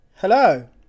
Hello